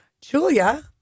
Julia